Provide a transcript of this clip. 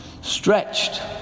stretched